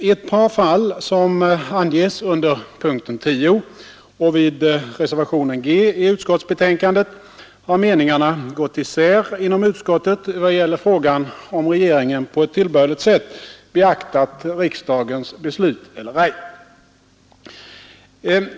I ett par fall, som anges under punkten 10 och vid reservationen G i utskottsbetänkandet, har meningarna gått isär inom utskottet vad gäller frågan om regeringen på ett tillbörligt sätt beaktat riksdagens beslut eller ej.